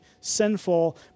sinful